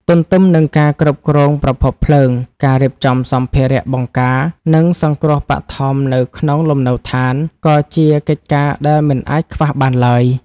ទន្ទឹមនឹងការគ្រប់គ្រងប្រភពភ្លើង ការរៀបចំសម្ភារៈបង្ការ និងសង្គ្រោះបឋមនៅក្នុងលំនៅដ្ឋាន ក៏ជាកិច្ចការដែលមិនអាចខ្វះបានឡើយ។